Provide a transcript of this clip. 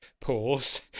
pause